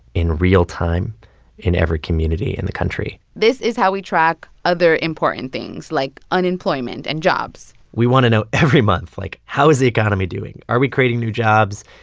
in real time in every community in the country this is how we track other important things, like unemployment and jobs we want to know every month, like, how is the economy doing? are we creating new jobs?